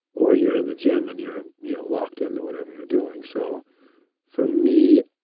or you're in the gym and you're you know locked into whatever you're doing. so for me,